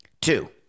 Two